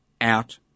out